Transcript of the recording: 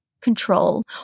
control